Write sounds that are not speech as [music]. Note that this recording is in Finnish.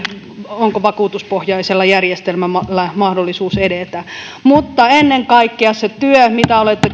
onko vakuutuspohjaisella järjestelmällä mahdollisuus edetä mutta ennen kaikkea siitä työstä mitä olette [unintelligible]